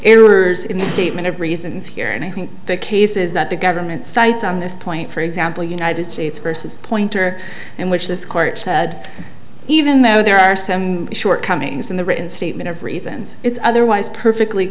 a statement of reasons here and i think the case is that the government sites on this point for example united states versus pointer and which this court said even though there are some shortcomings in the written statement of reasons it's otherwise perfectly